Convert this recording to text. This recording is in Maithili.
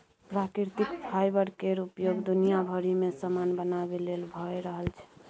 प्राकृतिक फाईबर केर उपयोग दुनिया भरि मे समान बनाबे लेल भए रहल छै